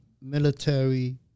military